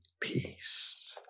peace